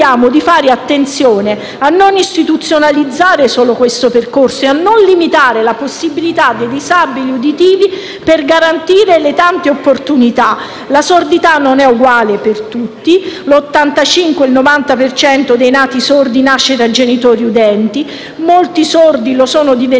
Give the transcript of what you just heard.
di fare attenzione a non istituzionalizzare solo questo percorso e a non limitare la possibilità dei disabili uditivi, al fine di garantire le tante opportunità. La sordità non è uguale per tutti: l'85-90 per cento dei nati sordi nasce da genitori udenti e molti sordi lo sono diventati